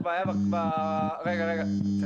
--- אסתי,